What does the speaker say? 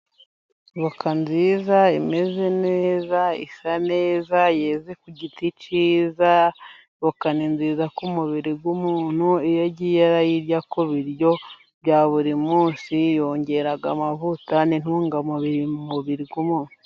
Voka nziza, imeze neza, isa neza yeze ku giti cyiza voka ni nziza k'umubiri w'umuntu, iyo agiye arayirya ku biryo bya buri munsi, yongera amavuta ni intungamubiri mu mubiri w'umuntu.